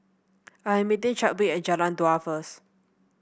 I am meeting Chadwick at Jalan Dua first